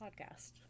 podcast